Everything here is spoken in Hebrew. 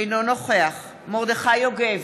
אינו נוכח מרדכי יוגב,